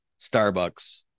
starbucks